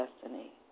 destiny